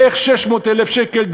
איך 600,000 שקל,